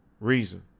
reason